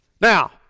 Now